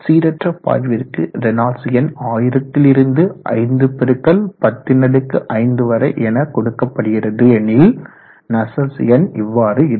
சீரற்ற பாய்விற்கு ரேனால்ட்ஸ் எண் 1000 லிருந்து 5 பெருக்கல் 105 வரை என கொடுக்கப்படுகிறது எனில் நஸ்சல்ட்ஸ் எண் இவ்வாறு இருக்கும்